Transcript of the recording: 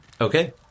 Okay